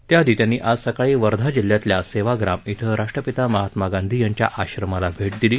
त्याआधी त्यांनी आज सकाळी वर्धा जिल्ह्यातल्या सेवाग्राम इथं राष्ट्रपिता महात्मा गांधी यांच्या आश्रमाला भेट दिली